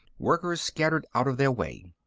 workers scattered out of their way.